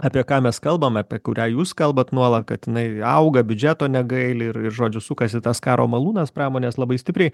apie ką mes kalbam apie kurią jūs kalbat nuolat kad jinai auga biudžeto negaili ir žodžiu sukasi tas karo malūnas pramonės labai stipriai